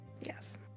Yes